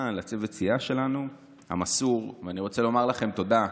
לצוות הסיעה המסור שלנו, ואני רוצה לומר לכם תודה,